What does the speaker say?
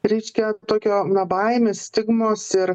ryškia tokio na baimės stigmos ir